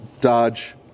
dodge